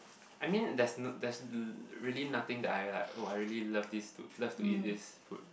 I mean there's there's really nothing that I like oh I really love this to love to eat this food